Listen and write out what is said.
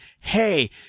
hey